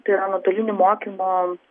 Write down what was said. tai yra nuotolinių mokymo